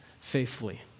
faithfully